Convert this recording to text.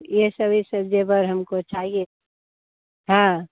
ये सब जेवर उवर हमको चाहिए हाँ